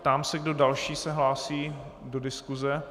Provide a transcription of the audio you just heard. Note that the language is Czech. Ptám se, kdo další se hlásí do diskuse.